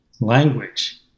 language